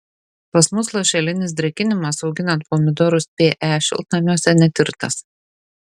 pas mus lašelinis drėkinimas auginant pomidorus pe šiltnamiuose netirtas